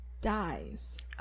dies